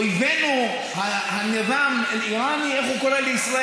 איך אויבנו (אומר בערבית: המשטר האיראני,) איך הוא קורא לישראל,